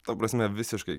ta prasme visiškai